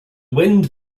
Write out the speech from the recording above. wind